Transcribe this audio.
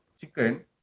chicken